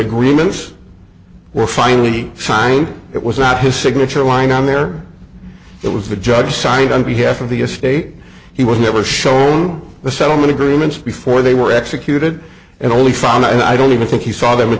agreements were finally signed it was not his signature line on there it was the judge signed on behalf of the estate he was never shown the settlement agreements before they were executed and only found out and i don't even think he saw the